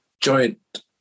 joint